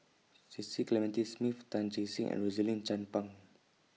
Cecil Clementi Smith Tan Che Sang and Rosaline Chan Pang